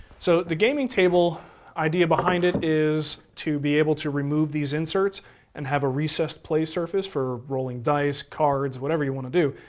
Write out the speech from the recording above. so, the gaming table, the idea behind it is to be able to remove these inserts and have a recessed place surface for rolling dice, cards, whatever you want to do,